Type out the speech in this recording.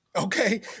Okay